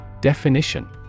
Definition